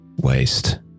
waste